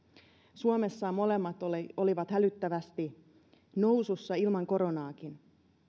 suomessa molemmat olivat hälyttävästi nousussa ilman koronaakin